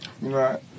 Right